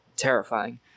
terrifying